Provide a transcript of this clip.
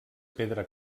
pedra